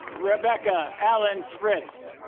rebecca ellen spritz